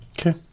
Okay